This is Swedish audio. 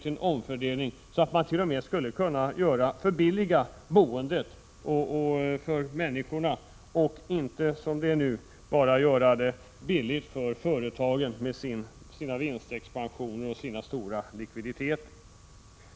Man skulle därigenom t.o.m. kunna förbilliga boendet för människorna, och inte som det är nu bara göra det billigt för företagen med deras vinstexpansioner och stora likviditeter.